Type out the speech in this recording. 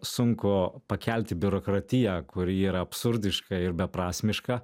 sunku pakelti biurokratiją kuri yra absurdiška ir beprasmiška